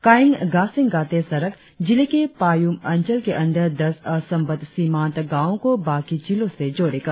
कायिंग गासेंग गाते सड़क जिले के पायुम अंचल के अंदर दस असंबद्ध सीमांत गावों को बाकी जिलो से जोड़ेगा